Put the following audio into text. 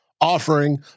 offering